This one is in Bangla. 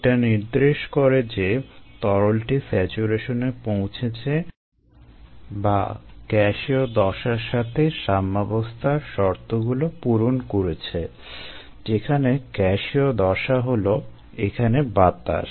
এটা নির্দেশ করে যে তরলটি স্যাচুরেশনে পৌঁছেছে বা গ্যাসীয় দশার সাথে সাম্যাবস্থার শর্তগুলো পূরণ করেছে যেখানে গ্যাসীয় দশা হলো এখানে বাতাস